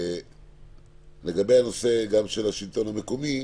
לגבי הנושא של השלטון המקומי,